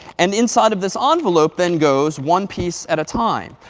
and inside of this ah envelope then goes one piece at a time.